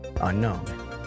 Unknown